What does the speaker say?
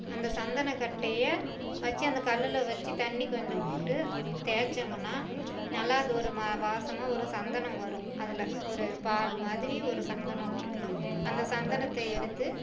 அந்த சந்தனக்கட்டையை வச்சி அந்த கல்லில் வச்சி தண்ணிர் கொஞ்சம் விட்டு தேய்ச்சோமுன்னா நல்லா அது ஒரு மா வாசமாக ஒரு சந்தனம் வரும் அதில் ஒரு பால் மாதிரி ஒரு சந்தனம் வரும் அந்த சந்தனத்தை எடுத்து